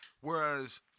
Whereas